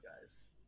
guys